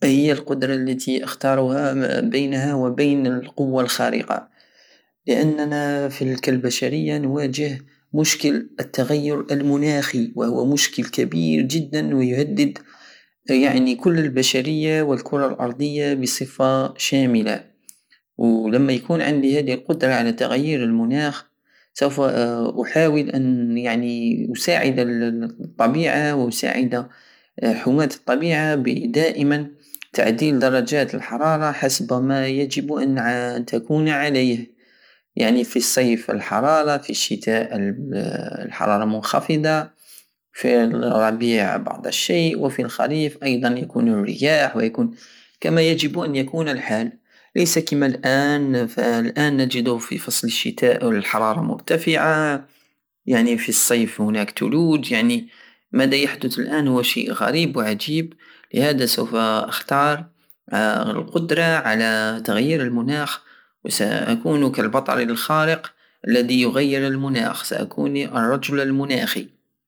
هي القدرة التي اختارها بينها وبين القوة الخارقة لاننا في- كالبشرية نواجه مشكل التغير المناغي وهو مشكل كبير جدا ويهدد يعني كل البشرية والكرة الارضية بصفة شاملة ولما يكون عندي هدي القدرة على التغيير المناخ سوف احاول ان يعني اساعد الطبيعة واساعد حمات الطبيعة بدائمان تعديل درجات الحرارة حسب ما يجب ان ع- تكون عليه يعني في الصيف الحرارة في الشتاء ال- حرارة منخفضة في الربيع بعض الشيء وفي الخريف ايضا يكون الرياح ويكون- كما يجب ان يكون الحال ليس كيما الان فالان نجد في فصل الشتاء الحرارة مرتفعة يعني في الصيف هناك الثلوج يعني مادا يحدث الان هو شيء غريب وعجيب لهادا سوف اختار القدرة على تغيير المناخ وسأكون كالبطل الخارق الدي يغير المناخ سأكون الرجل المناخي